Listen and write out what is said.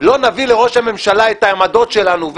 לא נביא לראש הממשלה את העמדות שלנו,